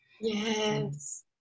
Yes